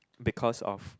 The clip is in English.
because of